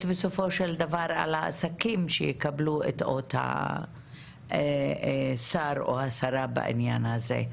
בסופו של דבר על העסקים שיקבלו את אות השר או השרה בעניין הזה.